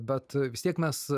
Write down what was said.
bet vis tiek mes